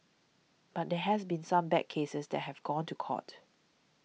but there has been some bad cases that have gone to court